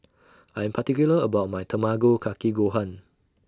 I Am particular about My Tamago Kake Gohan